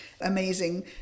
amazing